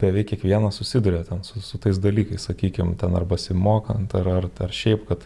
beveik kiekvienas susiduria ten su su tais dalykais sakykim ten ar besimokant ar ar ar šiaip kad